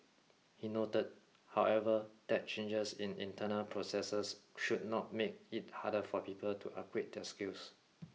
he noted however that changes in internal processes should not make it harder for people to upgrade their skills